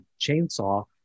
chainsaw